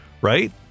right